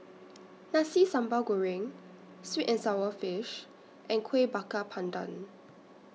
Nasi Sambal Goreng Sweet and Sour Fish and Kueh Bakar Pandan